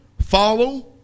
follow